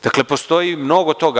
Dakle, postoji mnogo toga.